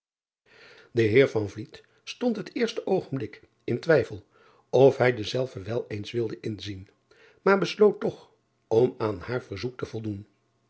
e eer stond het eerste oogenblik in twijfel of hij dezelve wel eens wilde inzien maar besloot toch om aan haar verzoek te voldoen